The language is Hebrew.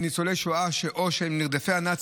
לרשותך עשר דקות.